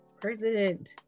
President